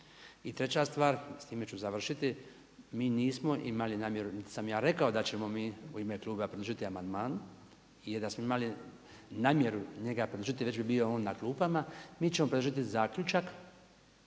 I treća stvar, s time ću završiti. Mi nismo imali namjeru niti sam ja rekao, da ćemo mi u ime kluba podržati amandman i da smo imali njega podržati, već bi bio on na klupama. Mi ćemo preložiti zaključak